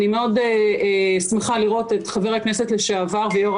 אני שמחה מאוד לראות את חבר הכנסת לשעבר ויו"ר